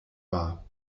war